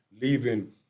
leaving